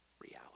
reality